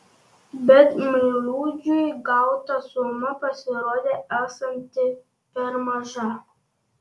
bet meilužiui gauta suma pasirodė esanti per maža